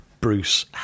Bruce